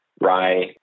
rye